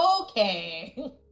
Okay